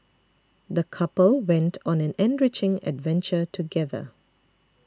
the couple went on an enriching adventure together